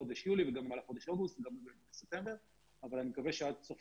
חודש יולי וגם במהלך חודש אוגוסט וספטמבר אבל אני מקווה שעד סוף